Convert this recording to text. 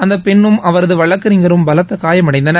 அந்த பெண்ணும் அவரது வழக்கறிஞரும் பலத்த காயமடைந்தனர்